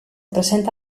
presenta